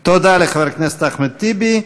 תודה לחבר הכנסת אחמד טיבי.